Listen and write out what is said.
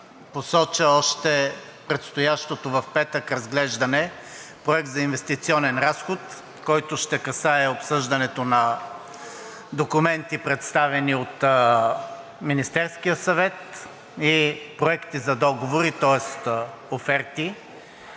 посоча предстоящото в петък разглеждане на Проект за инвестиционен разход, който ще касае обсъждането на документи, представени от Министерския съвет, и проекти за договори, тоест оферти,